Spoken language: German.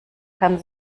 kann